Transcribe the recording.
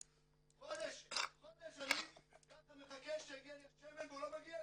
חודש אני מחכה שיגיע לי השמן והוא לא מגיע.